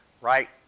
right